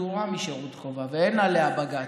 פטורה משירות חובה, ואין עליה בג"ץ.